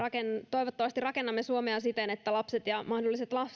toivottavasti rakennamme suomea siten että lapset ja mahdolliset